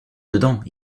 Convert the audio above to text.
dedans